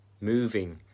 moving